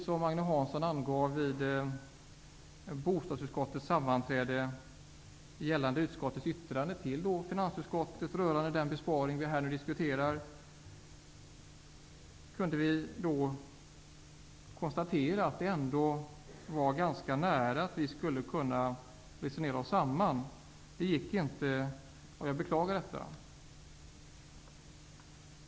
Som Agne Hansson angav var det vid bostadsutskottets sammanträde gällande utskottets yttrande till finansutskottet rörande den besparing som vi nu diskuterar ändå ganska nära att vi skulle ha kunnat resonera oss samman. Men det gick inte, vilket jag beklagar.